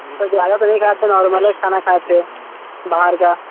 sir ज़्यादा तो नहीं खाए थे नॉर्मले ही खाना खाए थे बाहर का